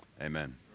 Amen